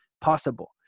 possible